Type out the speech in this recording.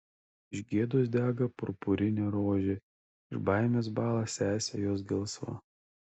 iš gėdos dega purpurinė rožė iš baimės bąla sesė jos gelsva